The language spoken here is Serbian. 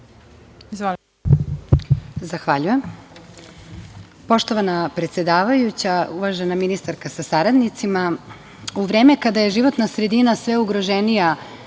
Zahvaljujem.